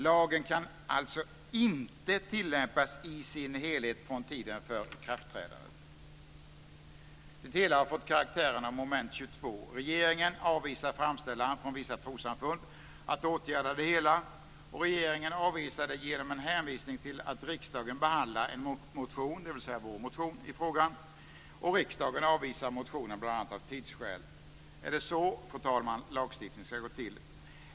Lagen kan alltså inte tillämpas i sin helhet från tiden för ikraftträdandet. Det hela har fått karaktären av moment 22. Regeringen avvisar framställan från vissa trossamfund att åtgärda det hela, och regeringen avvisar det genom en hänvisning till att riksdagen behandlar en motion - dvs. vår motion - i frågan. Riksdagen avvisar motionen bl.a. av tidsskäl. Är det så, fru talman, lagstiftning ska gå till?